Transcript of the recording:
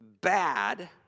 bad